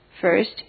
First